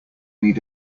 need